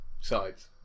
sides